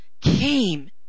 came